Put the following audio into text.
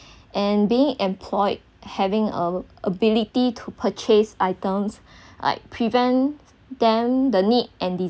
and being employed having a~ ability to purchase items like prevent them the need and